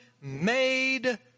made